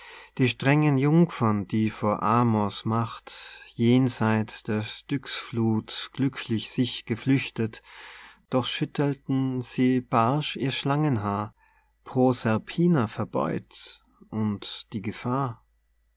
die strengen jungfern die vor amor's macht jenseit der styxfluth glücklich sich geflüchtet doch schüttelten sie barsch ihr schlangenhaar proserpina verbeut's und die gefahr